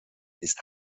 ist